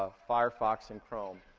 ah firefox, and chrome.